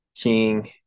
King